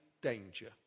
danger